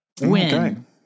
Win